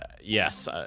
yes